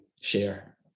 share